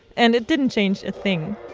and it didn't change a thing